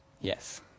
Yes